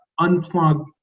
unplug